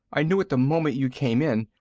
i knew it the moment you came in.